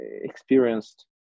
experienced